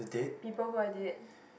people who are date